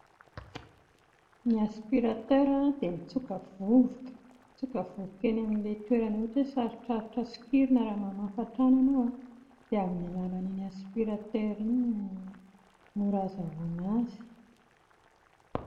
Ny aspiratera dia mitsoka vovoka, mitsoka vovoka eny amin'ilay toerana ohatara hoe sarotsarotra sokirina raha mamafa trano ianao a, dia amin'ny alalan'iny aspiratera iny no mora hahazoana azy